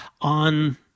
on